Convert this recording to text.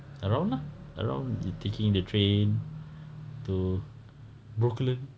around lah around you taking the train to brooklyn